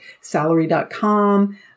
salary.com